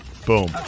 Boom